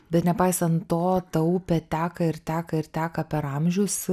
bet nepaisant to ta upė teka ir teka ir teka per amžius